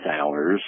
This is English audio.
hours